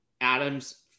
Adam's